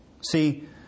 See